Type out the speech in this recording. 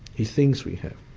he thinks we have,